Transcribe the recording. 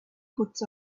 puts